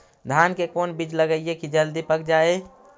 धान के कोन बिज लगईयै कि जल्दी पक जाए?